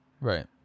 Right